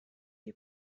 you